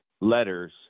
letters